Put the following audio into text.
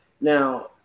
Now